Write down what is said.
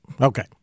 Okay